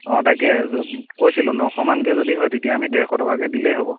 অ তাকেই কৈছিলোঁ নশমানকৈ যদি হয় তেতিয়া আমি ডেৰশ টকাকৈ দিলেই হ'ব